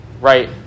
Right